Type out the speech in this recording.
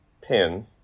Pin